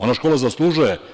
Ona škola zaslužuje.